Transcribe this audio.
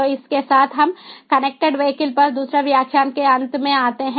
तो इसके साथ हम कनेक्टेड वीहिकल पर दूसरे व्याख्यान के अंत में आते हैं